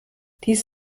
dies